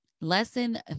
Lesson